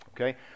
okay